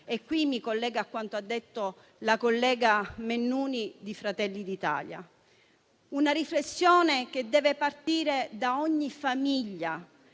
Mi collego qui a quanto detto dalla collega Mennuni di Fratelli d'Italia. Una riflessione che deve partire da ogni famiglia